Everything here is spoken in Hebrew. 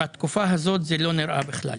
בתקופה הזאת זה לא נראה בכלל.